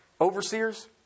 overseers